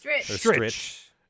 stretch